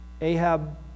Ahab